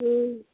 जी